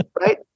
Right